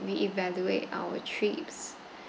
reevaluate our trips